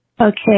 okay